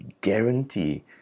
guarantee